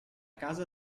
casa